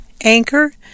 Anchor